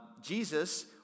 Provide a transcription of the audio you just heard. Jesus